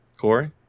Corey